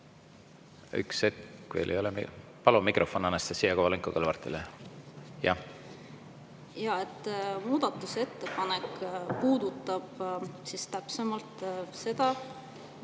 Muudatusettepanek puudutab täpsemalt seda,